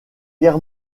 guerre